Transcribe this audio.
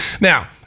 Now